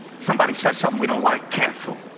somebody says something we don't like. canceled.